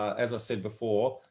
as i said before,